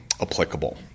applicable